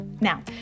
Now